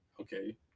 Okay